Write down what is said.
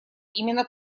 именно